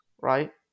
right